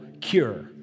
cure